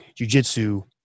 jujitsu